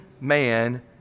man